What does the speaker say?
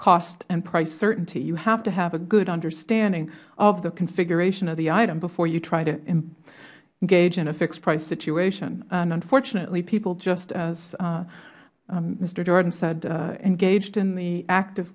cost and price certainty you have to have a good understanding of the configuration of the item before you try to engage in a fixed price situation and unfortunately people just as mister jordan said engaged in the act of